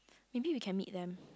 maybe we can meet them